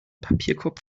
papierkorb